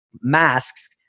masks